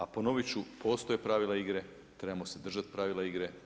A ponoviti ću, postoje pravila igre, trebamo se držati pravila igre.